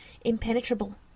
impenetrable